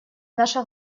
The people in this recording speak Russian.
наша